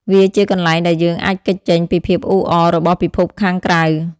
វាជាកន្លែងដែលយើងអាចគេចចេញពីភាពអ៊ូអររបស់ពិភពខាងក្រៅ។